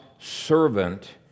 servant